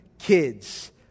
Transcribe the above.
kids